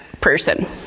person